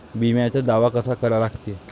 बिम्याचा दावा कसा करा लागते?